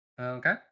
okay